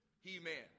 He-Man